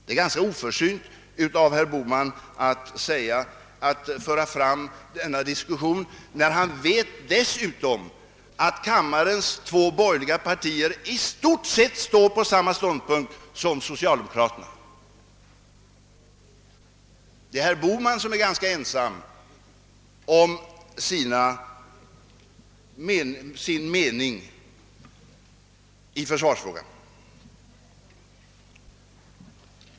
Det är ganska oförsynt av herr Bohman att föra fram denna insinuation, när han dessutom vet att kammarens två andra borgerliga partier i stort sett står på samma ståndpunkt som socialdemokraterna. Det är herr Bohman som är ganska ensam om sin mening i försvarsfrågan.